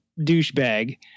douchebag